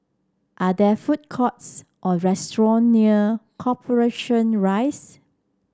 are there food courts or restaurant near Corporation Rise